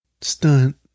Stunt